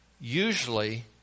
usually